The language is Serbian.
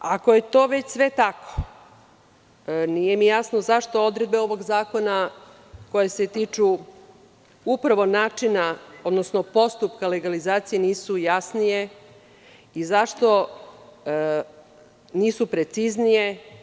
Ako je to već sve tako, nije mi jasno zašto odredbe ovog zakona koje se tiču upravo načina, odnosno postupka legalizacije nisu jasnije i zašto nisu preciznije?